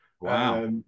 wow